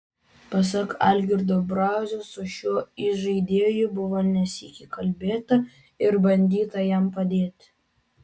pasak algirdo brazio su šiuo įžaidėju buvo ne sykį kalbėta ir bandyta jam padėti